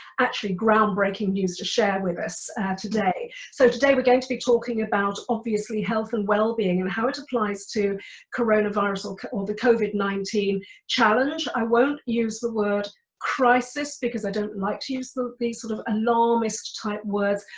actually groundbreaking news to share with us today. so today we're going to be talking about obviously health and well-being and how it applies to coronavirus or or the covid nineteen challenge. i won't use the word crisis because i don't like to use these sort of alarmist type words,